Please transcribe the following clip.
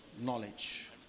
knowledge